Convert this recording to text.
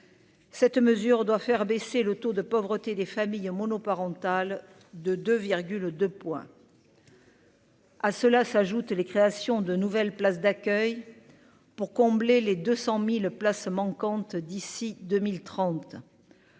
Cette mesure doit faire baisser le taux de pauvreté des familles monoparentales de de le de points. à cela s'ajoutent les créations de nouvelles places d'accueil pour combler les 200000 places manquantes d'ici 2030,